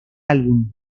álbum